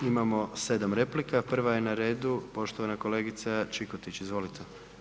Imamo 7 replika, prva je na redu poštovana kolegica Čikotić, izvolite.